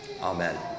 amen